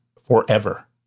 forever